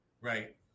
right